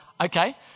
okay